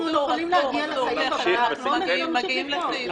זה יופיע בתקנה הבאה.